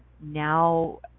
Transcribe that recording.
now